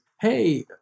hey